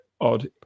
odd